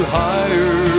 higher